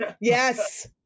yes